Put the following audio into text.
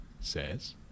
says